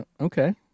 Okay